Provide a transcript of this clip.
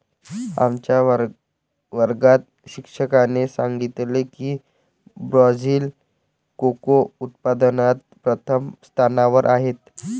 आमच्या वर्गात शिक्षकाने सांगितले की ब्राझील कोको उत्पादनात प्रथम स्थानावर आहे